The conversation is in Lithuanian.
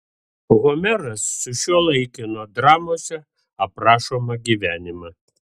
homeras sušiuolaikino dramose aprašomą gyvenimą